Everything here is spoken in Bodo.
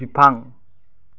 बिफां